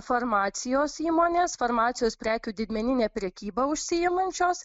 farmacijos įmonės farmacijos prekių didmenine prekyba užsiimančios